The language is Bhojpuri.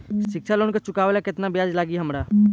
शिक्षा लोन के चुकावेला केतना ब्याज लागि हमरा?